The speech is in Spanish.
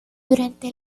durante